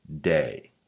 day